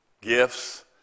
gifts